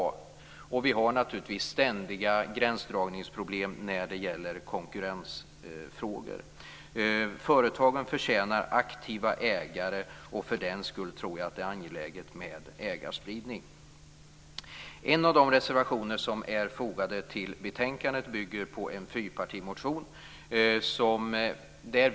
Vi har naturligtvis ständiga gränsdragningsproblem när det gäller konkurrensfrågor. Företagen förtjänar aktiva ägare. För den skull tror jag att det är angeläget med ägarspridning. En av de reservationer som är fogade till betänkandet bygger på en fyrpartimotion.